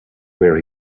where